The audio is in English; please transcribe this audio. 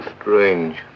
Strange